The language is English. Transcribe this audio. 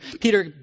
Peter